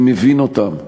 אני מבין אותם,